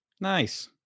Nice